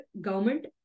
government